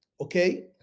okay